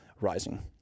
rising